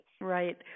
Right